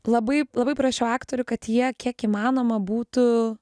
labai labai prašiau aktorių kad jie kiek įmanoma būtų